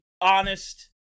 honest